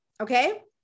okay